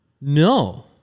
No